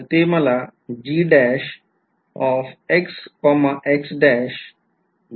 तर ते मला देईल